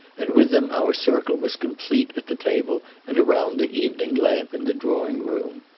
and with them our circle was complete at the table and around the evening lamp in the drawing-room.